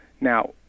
Now